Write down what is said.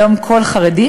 היום כל חרדי,